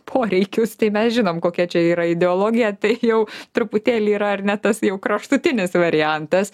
poreikius tai mes žinom kokia čia yra ideologija tai jau truputėlį yra ar ne tas jau kraštutinis variantas